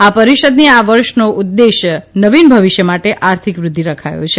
આ પરિષદની આ વર્ષનો ઉદેશ્ય નવીન ભવિષ્ય માટે આર્થિક વૃઘ્ઘિ રખાયો છે